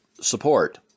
support